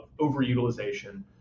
overutilization